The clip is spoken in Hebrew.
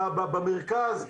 במרכז,